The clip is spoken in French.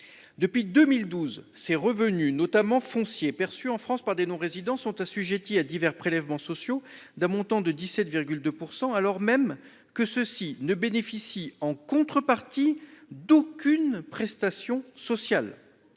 Depuis 2012, ces revenus, notamment fonciers, perçus en France par des non résidents sont assujettis à divers prélèvements sociaux, dont le taux est de 17,2 %, alors même que ceux ci ne bénéficient d’aucune prestation sociale